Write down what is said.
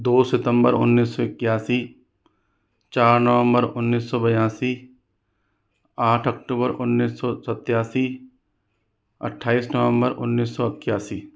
दो सितम्बर उन्नीस सौ इक्यासी चार नवम्बर उन्नीस सौ बयासी आठ अक्टूबर उन्नीस सौ सत्तासी अट्ठाईस नवम्बर उन्नीस सौ एकासी